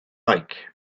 like